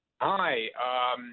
Hi